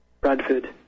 Bradford